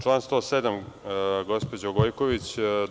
Član 107. gospođo Gojković.